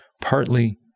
partly